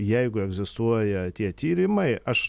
jeigu egzistuoja tie tyrimai aš